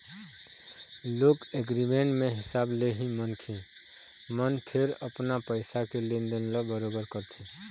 loan agreement के हिसाब ले ही मनखे मन फेर अपन पइसा के लेन देन ल बरोबर करथे